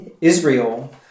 Israel